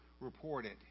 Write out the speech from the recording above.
reported